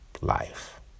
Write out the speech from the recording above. life